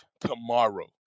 tomorrow